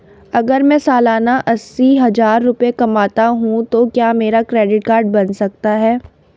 अगर मैं सालाना अस्सी हज़ार रुपये कमाता हूं तो क्या मेरा क्रेडिट कार्ड बन सकता है?